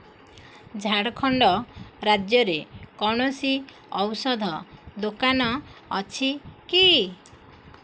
ଝାଡ଼ଖଣ୍ଡ ରାଜ୍ୟରେ କୌଣସି ଔଷଧ ଦୋକାନ ଅଛି କି